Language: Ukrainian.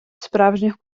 справжніх